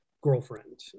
girlfriend